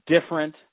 different